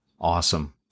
Awesome